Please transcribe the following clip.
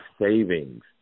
savings